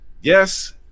Yes